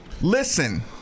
Listen